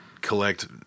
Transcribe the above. collect